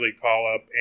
call-up